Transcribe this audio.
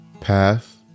Path